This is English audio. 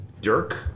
Dirk